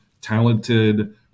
talented